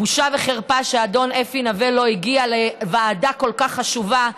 בושה וחרפה שאדון אפי נווה לא הגיע לוועדה כל כך חשובה,